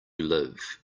live